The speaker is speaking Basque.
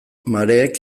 mareek